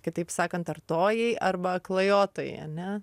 kitaip sakant artojai arba klajotojai ane